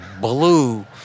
blue